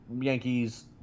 Yankees